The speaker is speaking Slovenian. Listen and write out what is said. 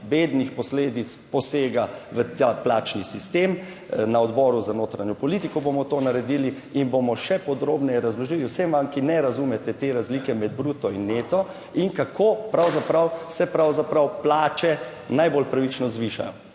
bednih posledic posega v ta plačni sistem. Na odboru za notranjo politiko bomo to naredili in bomo še podrobneje razložili vsem vam, ki ne razumete te razlike med bruto in neto in kako pravzaprav se pravzaprav plače najbolj pravično zvišajo.